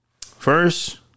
first